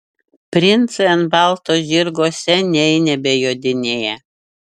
princai ant balto žirgo seniai nebejodinėja